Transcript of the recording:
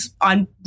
on